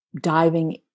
diving